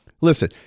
Listen